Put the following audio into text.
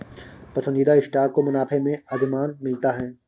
पसंदीदा स्टॉक को मुनाफे में अधिमान मिलता है